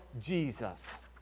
Jesus